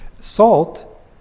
Salt